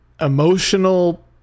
emotional